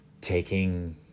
taking